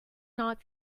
not